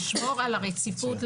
לשמור על הרציפות,